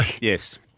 Yes